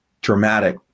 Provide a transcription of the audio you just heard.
dramatic